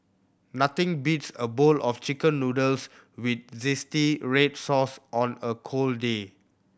nothing beats a bowl of Chicken Noodles with red sauce on a cold day